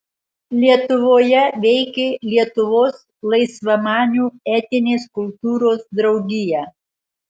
lietuvoje veikė lietuvos laisvamanių etinės kultūros draugija